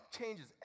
changes